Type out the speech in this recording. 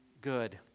good